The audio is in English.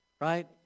Right